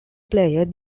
player